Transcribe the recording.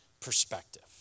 perspective